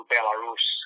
Belarus